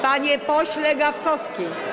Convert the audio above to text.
Panie pośle Gawkowski.